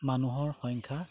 মানুহৰ সংখ্যা